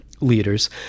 leaders